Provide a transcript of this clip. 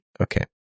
Okay